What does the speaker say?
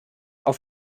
auf